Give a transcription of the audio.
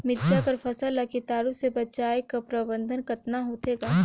मिरचा कर फसल ला कीटाणु से बचाय कर प्रबंधन कतना होथे ग?